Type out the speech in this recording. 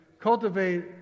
cultivate